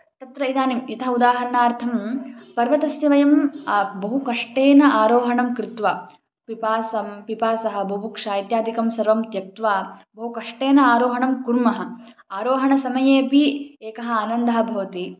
तत्र इदानीं यथा उदाहरणार्थं पर्वतस्य वयं बहु कष्टेन आरोहणं कृत्वा पिपासां पिपासा बुभुक्षा इत्यादिकं सर्वं त्यक्त्वा बहु कष्टेन आरोहणं कुर्मः आरोहणसमयेऽपि एकः आनन्दः भवति